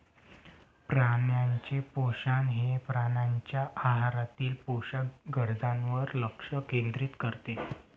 प्राण्यांचे पोषण हे प्राण्यांच्या आहारातील पोषक गरजांवर लक्ष केंद्रित करते